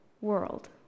world